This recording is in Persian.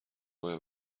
ماه